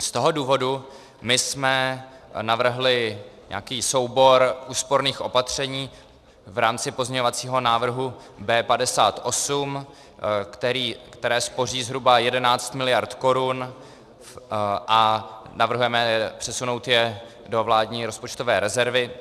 Z toho důvodu jsme navrhli nějaký soubor úsporných opatření v rámci pozměňovacího návrhu B58, které uspoří zhruba 11 miliard korun, a navrhujeme je přesunout do vládní rozpočtové rezervy.